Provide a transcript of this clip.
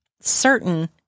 certain